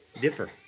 differ